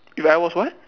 if I was what